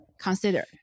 consider